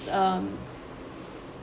um